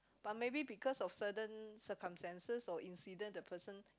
but maybe because of certain circumstances or incident the person